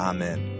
Amen